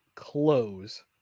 Close